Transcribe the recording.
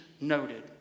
noted